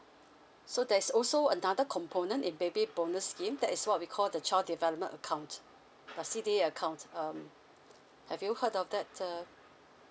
so there is also another component in baby bonus name that is what we call the child development account the C_D_A account um have you heard of that err